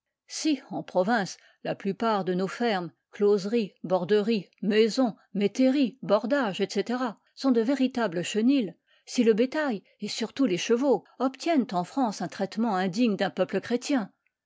si en province la plupart de nos fermes closeries borderies maisons métairies bordages etc sont de véritables chenils si le bétail et surtout les chevaux obtiennent en france un traitement indigne d'un peuple chrétien